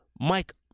Mike